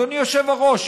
אדוני היושב-ראש,